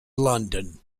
london